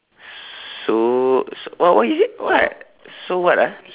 so so what what you say what so what ah